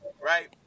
right